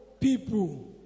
people